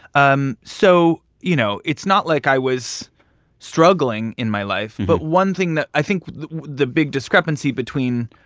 um so you know, it's not like i was struggling in my life. but one thing that i think the big discrepancy between,